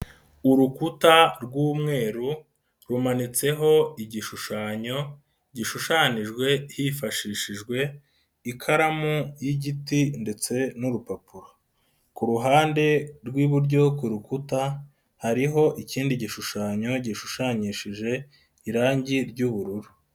Urukuta rw'umweru rumanitseho igishushanyo gishushanyijwe hifashishijwe ikaramu y'igiti ndetse n'urupapuro, ku ruhande rw'iburyo ku rukuta hariho ikindi gishushanyo gishushanyishije irangi ry'ubururu.